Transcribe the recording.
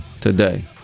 today